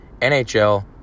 NHL